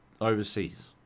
overseas